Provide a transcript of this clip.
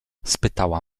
spytała